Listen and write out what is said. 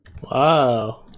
Wow